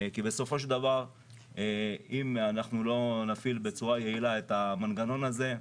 כי בסופו של דבר אם אנחנו לא נפעיל בצורה יעילה את המנגנון הזה,